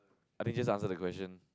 I think just answer the question